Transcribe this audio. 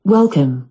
Welcome